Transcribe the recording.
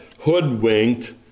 hoodwinked